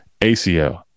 ACL